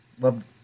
Love